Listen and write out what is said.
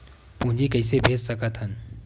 पूंजी कइसे भेज सकत हन?